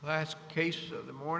last case of the more